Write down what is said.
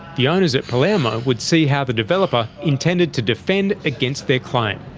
the owners at palermo would see how the developer intended to defend against their claim.